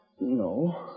No